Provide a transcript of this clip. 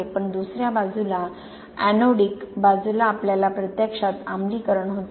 पण दुसऱ्या बाजूला एनोडिक बाजूला आपल्याला प्रत्यक्षात आम्लीकरण होते